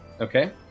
Okay